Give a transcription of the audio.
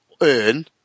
earn